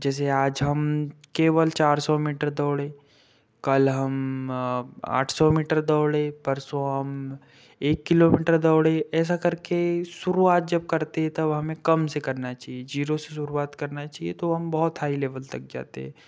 जैसे आज हम केवल चार सौ मीटर दौड़े कल हम आठ सौ मीटर दौड़े परसों हम एक किलोमीटर दौड़े ऐसा करके शुरुआत जब करते हैं तब हमें कम से करना चाहिए ज़ीरो से शुरुआत करना चाहिए तो हम बहुत हाई लेवल तक जाते हैं